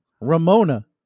Ramona